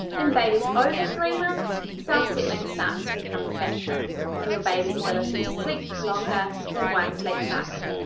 in babies over three months, self-settling starts to become a factor in your baby's ability to sleep longer than one sleep cycle.